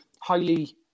highly